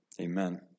amen